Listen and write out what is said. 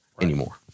anymore